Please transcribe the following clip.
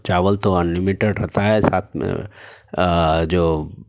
چاول تو انلیمیٹڈ ہوتا ہے سا تھ میں جو